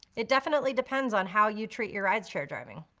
it definitely depends on how you treat your rideshare driving.